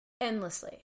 endlessly